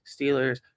Steelers